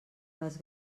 les